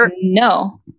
no